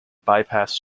bypass